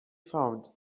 found